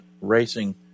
racing